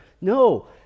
No